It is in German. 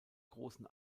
großen